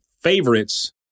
favorites